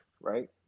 right